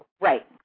Right